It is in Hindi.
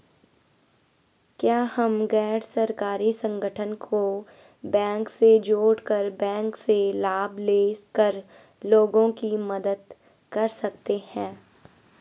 क्या हम गैर सरकारी संगठन को बैंक से जोड़ कर बैंक से लाभ ले कर लोगों की मदद कर सकते हैं?